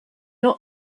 not